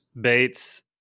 Bates